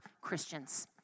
Christians